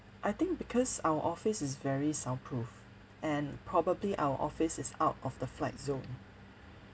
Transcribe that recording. I think because our office is very soundproof and probably our office is out of the flight zone